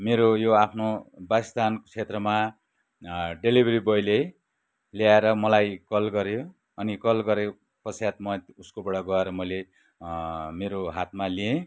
मेरो यो आफ्नो बासस्थान क्षेत्रमा डेलिभरी बोयले ल्याएर मलाई कल गऱ्यो अनि कल गरेपश्चात म उसकोबाट गएर मैले मेरो हातमा लिएँ